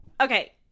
okay